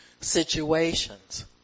situations